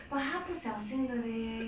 but 他不小心的 leh